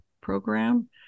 program